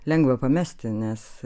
lengva pamesti nes